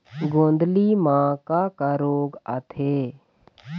गोंदली म का का रोग आथे?